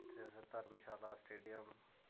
ते अस धरमशाला स्टेडियम